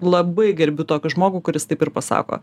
labai gerbiu tokį žmogų kuris taip ir pasako